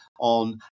on